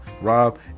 Rob